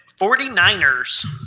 49ers